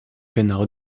genau